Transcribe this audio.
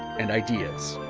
and ideas.